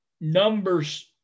Numbers